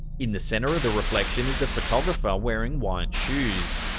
in the center of the reflection is the photographer wearing white shoes,